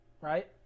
right